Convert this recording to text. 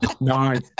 Nice